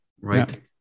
right